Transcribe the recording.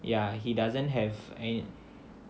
ya he doesn't have any